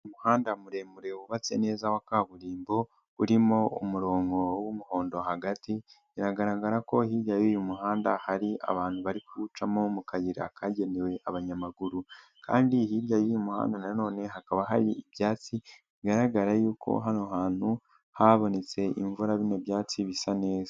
Umuhanda muremure wubatse neza wa kaburimbo urimo umurongo w'umuhondo hagati , biragaragara ko hirya y'uyu muhanda hari abantu bari kuwucamo mu kayira kagenewe abanyamaguru kandi hirya y'umuhanda na none hakaba hari ibyatsi bigaragara yuko hano hantu habonetse imvura mu byatsi bisa neza.